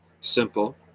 simple